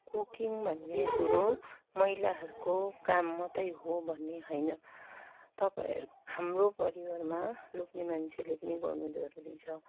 cooking भन्ने कुरो महिलाहरूको काम मात्रै हो भन्ने होइन तपाईँ हाम्रो परिवारमा लोग्ने मान्छेले पनि गर्न जरूरी छ